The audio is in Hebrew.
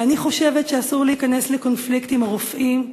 ואני חושבת שאסור להיכנס לקונפליקט עם הרופאים.